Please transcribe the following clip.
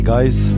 guys